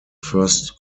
first